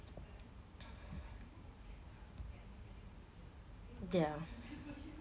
ya